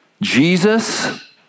Jesus